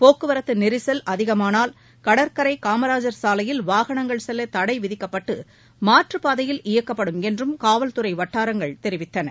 போக்குவரத்து நெரிசல் அதிகமானால் கடற்கரை காமராஜர் சாலையில் வாகனங்கள் செல்ல தடை விதிக்கப்பட்டு மாற்றுப்பாதையில் இயக்கப்படும் என்றும் காவல்துறை வட்டாரங்கள் தெரிவித்தன